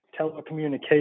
telecommunications